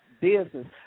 business